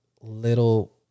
little